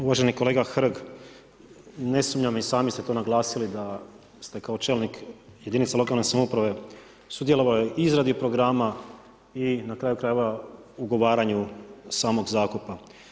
Uvaženi kolega Hrg, ne sumnjam i sami ste to naglasili da ste kao čelnik jedinice lokalne samouprave sudjelovali u izradi programa i na kraju krajeva ugovaranju samog zakupa.